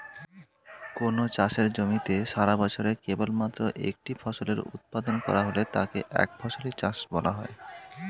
কোনও চাষের জমিতে সারাবছরে কেবলমাত্র একটি ফসলের উৎপাদন করা হলে তাকে একফসলি চাষ বলা হয়